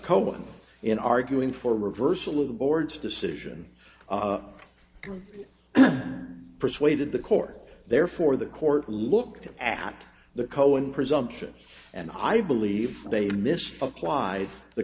coleman in arguing for reversal of the board's decision persuaded the court therefore the court looked at the cohen presumption and i believe they missed applied the